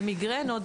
במיגרנות,